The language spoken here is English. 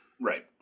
Right